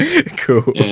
Cool